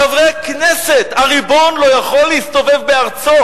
חברי כנסת, הריבון לא יכול להסתובב בארצו.